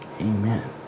Amen